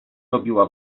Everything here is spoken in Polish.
robiła